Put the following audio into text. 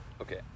okay